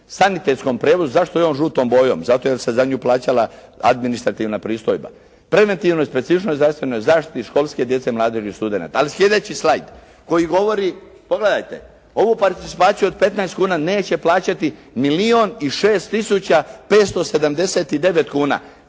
sanitetskom prijevozu. Zašto je on žutom bojom? Zato jer se za nju plaćala administrativna pristojba. Preventivnoj i specifičnoj zdravstvenoj zaštiti školske djece, mladeži i studenata. Ali sljedeći slajd koji govori, pogledajte, ovu participaciju od 15 kuna neće plaćati milijun